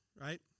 Right